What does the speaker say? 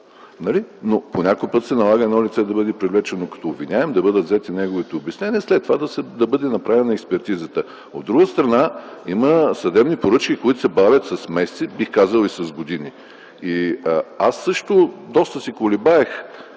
Но по някой път се налага едно лице да бъде привлечено като обвиняем, да бъдат взети неговите обяснения и след това да бъде направена експертизата. От друга страна, има съдебни поръчки, които се бавят с месеци, а бих казал и с години. Аз също доста се колебаех